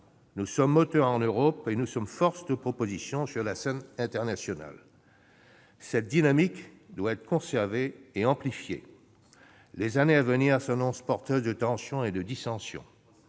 Nous sommes moteurs en Europe et nous sommes force de propositions sur la scène internationale. Cette dynamique doit être conservée et amplifiée. Les années à venir s'annoncent porteuses de tensions et de dissensions.